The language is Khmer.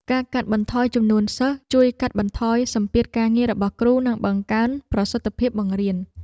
ការកាត់បន្ថយចំនួនសិស្សជួយកាត់បន្ថយសម្ពាធការងាររបស់គ្រូនិងបង្កើនប្រសិទ្ធភាពបង្រៀន។